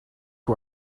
who